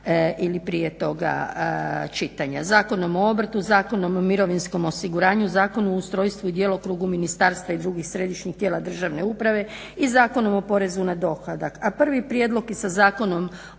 ili prije toga čitanja. Zakonom o obrtu, Zakonom o mirovinskom osiguranju, Zakonom o ustrojstvu i djelokrugu ministarstva i drugih središnjih tijela državne uprave i Zakonom o porezu na dohodak, a prvi prijedlog i sa zakonom